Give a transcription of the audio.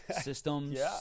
systems